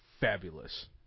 Fabulous